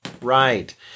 Right